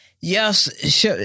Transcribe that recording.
Yes